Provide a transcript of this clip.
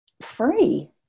free